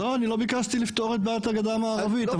לא, אני לא ביקשתי לפתור את בעיית הגדה המערבית.